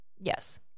Yes